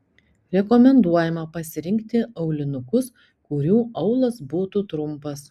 rekomenduojama pasirinkti aulinukus kurių aulas būtų trumpas